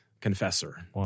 confessor